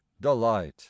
delight